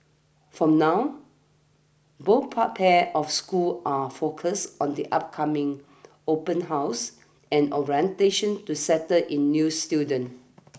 from now both part pairs of schools are focused on the upcoming open houses and orientation to settle in new students